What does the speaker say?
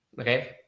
Okay